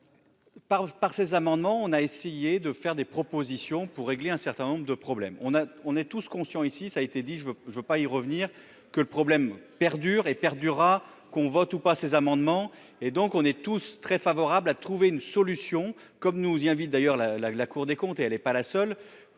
par ces amendements, on a essayé de faire des propositions pour régler un certain nombre de problèmes, on a, on est tous conscient : ici, ça a été dit je veux je veux pas y revenir, que le problème perdure et perdurera qu'on vote ou pas, ces amendements et donc on est tous très favorables à trouver une solution, comme nous y invite d'ailleurs la, la, la Cour des comptes, et elle est pas la seule